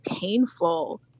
painful